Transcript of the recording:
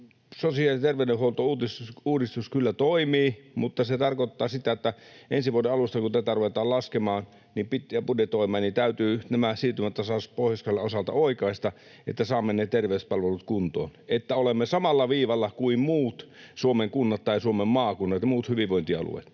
sosiaali- ja terveydenhuoltouudistus kyllä toimii, mutta se tarkoittaa sitä, että kun tätä ensi vuoden alusta ruvetaan laskemaan ja budjetoimaan, niin täytyy tämä siirtymätasaus Pohjois-Karjalan osalta oikaista, että saamme ne terveyspalvelut kuntoon niin, että olemme samalla viivalla kuin muut Suomen kunnat tai Suomen maakunnat ja muut hyvinvointialueet.